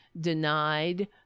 Denied